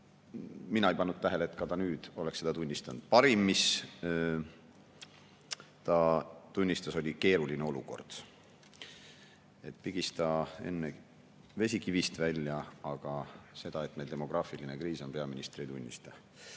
mina ei pannud tähele, et ta ka nüüd oleks seda tunnistanud. [Ainus], mida ta tunnistas, oli keeruline olukord. Pigista enne vesi kivist välja, aga seda, et meil demograafiline kriis on, peaminister ei tunnista. Kui